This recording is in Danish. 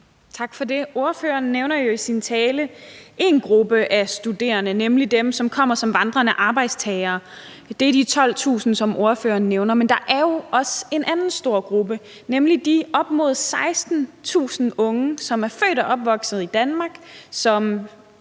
Tak for det. Ordføreren nævner jo i sin tale én gruppe af studerende, nemlig dem, som kommer som vandrende arbejdstagere. Det er de 12.000, som ordføreren nævner. Men der er jo også en anden stor gruppe, nemlig de op mod 16.000 unge, som er født og opvokset i Danmark, som